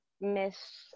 miss